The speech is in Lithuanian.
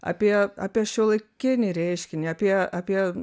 apie apie šiuolaikinį reiškinį apie apie